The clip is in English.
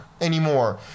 anymore